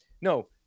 No